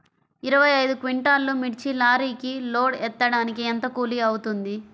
ఇరవై ఐదు క్వింటాల్లు మిర్చి లారీకి లోడ్ ఎత్తడానికి ఎంత కూలి అవుతుంది?